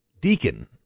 Deacon